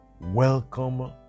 Welcome